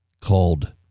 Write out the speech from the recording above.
called